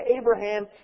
Abraham